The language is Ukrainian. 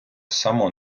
само